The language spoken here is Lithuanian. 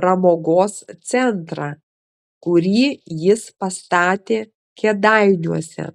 pramogos centrą kurį jis pastatė kėdainiuose